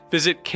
Visit